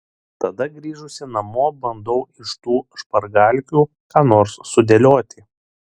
tada grįžusi namo bandau iš tų špargalkių ką nors sudėlioti